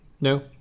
No